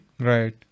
Right